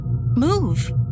move